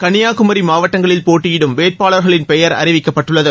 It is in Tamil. கன்னியாகுமரி மாவட்டங்களில் போட்டியிடும் வேட்பாளர்களின் பெயர் அறிவிக்கப்பட்டுள்ளது